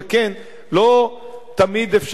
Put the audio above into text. לא תמיד אפשר לעשות את זה,